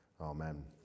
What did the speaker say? Amen